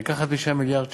לקחת משם מיליארד שקל,